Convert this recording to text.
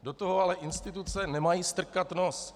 Do toho ale instituce nemají strkat nos.